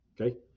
Okay